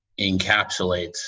encapsulates